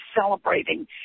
celebrating